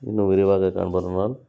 இன்னும் விரிவாக காண்பதனால்